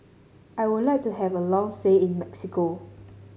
I would like to have a long stay in Mexico